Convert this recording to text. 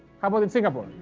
how about in singapore?